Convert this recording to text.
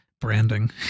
branding